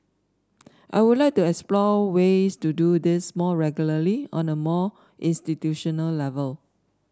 I would like to explore ways to do this more regularly on a more institutional level